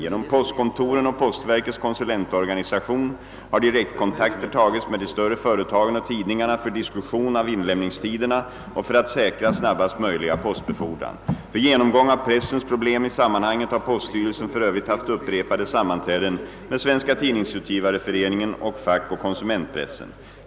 Genom postkontoren och postverkets konsulentorganisation har direktkontakter tagits med de större företagen och tidningarna för diskussion av inlämningstiderna och för att säkra snabbast möjliga postbefordran. För genomgång av pressens problem i sammanhanget har poststyrelsen för övrigt haft upprepade sammanträden med Svenska tidningsutgivareföreningen och fackoch konsumentpressen.